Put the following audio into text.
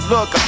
Look